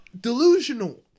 delusional